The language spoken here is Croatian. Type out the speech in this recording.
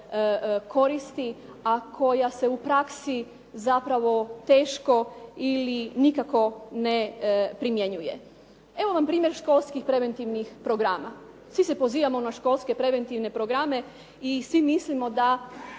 koristi, a koja se u praksi zapravo teško ili nikako ne primjenjuje. Evo vam primjer školskih preventivnih programa. Svi se pozivamo na školske preventivne programe i svi mislimo da